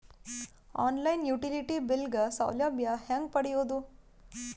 On line utility bill ಗ ಸೌಲಭ್ಯ ಹೇಂಗ ಪಡೆಯೋದು?